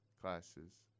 classes